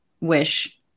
wish